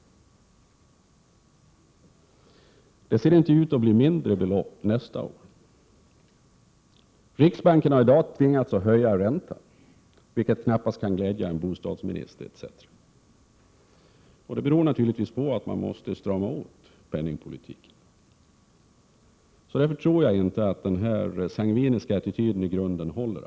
Det ser inte ut som om upplåningen kommer att uppgå till mindre belopp nästa år. Riksbanken har i dag tvingats att höja räntan, vilket knappast kan glädja en bostadsminister. Orsaken är naturligtvis att man måste strama åt penningpolitiken. Därför tror jag inte att denna sangviniska attityd i grunden håller.